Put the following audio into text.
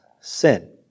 sin